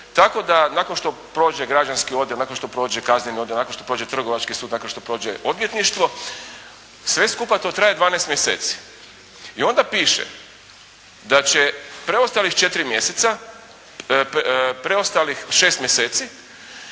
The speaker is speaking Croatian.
tako da nakon što prođe građanski odjel, nakon što prođe kazneni odjel, nakon što prođe trgovački sud, nakon što prođe odvjetništvo sve skupa to traje 12 mjeseci. I onda piše da će preostalih 4 mjeseca, preostalih 6 mjeseci